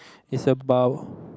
is about